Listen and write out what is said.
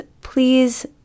Please